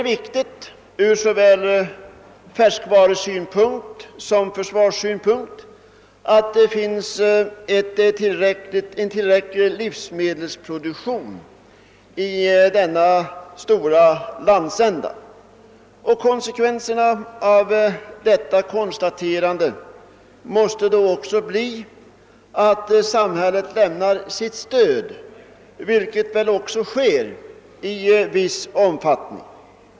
Från såväl färskvarusynpunkt som försvarssynpunkt är det viktigt att det finns en tillräckligt stor livsmedelsproduktion i denna landsända. Konsekvenserna av detta konstaterande måste då bli att samhället bör lämna stöd, vilket det väl också i viss omfattning gör.